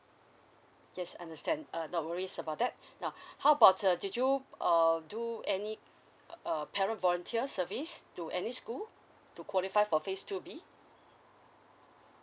yes understand uh no worries about that now how about uh did you uh do any uh parent volunteer service to any school to qualify for phase two B